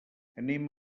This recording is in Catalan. anem